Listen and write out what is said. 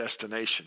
destination